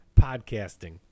podcasting